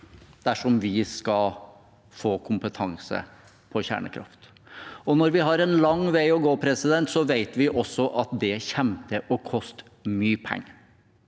dersom vi skal få kompetanse på kjernekraft. Når vi har en lang vei å gå, vet vi også at det kommer til å koste mye penger.